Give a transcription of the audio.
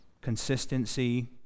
consistency